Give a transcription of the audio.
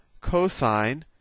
cosine